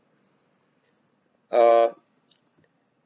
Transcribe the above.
uh